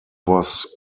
was